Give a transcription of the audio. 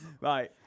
Right